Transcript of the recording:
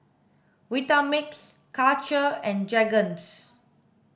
Vitamix Karcher and Jergens